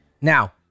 Now